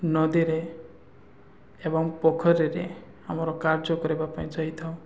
ନଦୀରେ ଏବଂ ପୋଖରୀରେ ଆମର କାର୍ଯ୍ୟ କରିବା ପାଇଁ ଯାଇଥାଉ